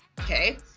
okay